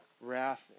wrath